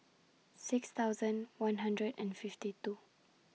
six thousand one hundred and fifty two